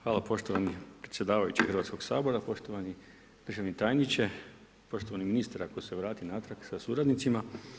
Hvala poštovani predsjedavajući Hrvatskoga sabora, poštovani državni tajniče, poštovani ministre, ako se vrati natrag, sa suradnicima.